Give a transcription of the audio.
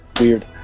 Weird